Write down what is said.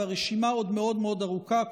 והרשימה עוד מאוד מאוד ארוכה,